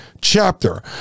chapter